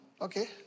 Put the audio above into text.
okay